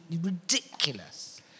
ridiculous